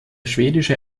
schwedische